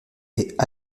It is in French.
est